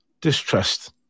distrust